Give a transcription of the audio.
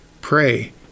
Pray